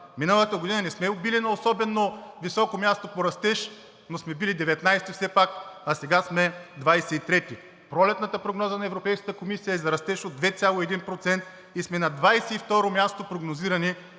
Миналата година не сме били на особено високо място по растеж, но сме били 19-и все пак, а сега сме 23-ти. Пролетната прогноза на Европейската комисия е за растеж от 2,1% и сме на 22-ро място прогнозирани